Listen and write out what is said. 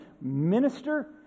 minister